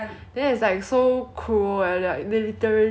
咬掉那个其他 otter 的那个头的 leh